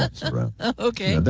but sandra okay.